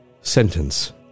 sentence